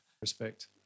respect